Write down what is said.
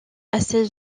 assez